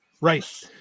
Right